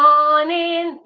Morning